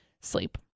sleep